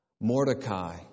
Mordecai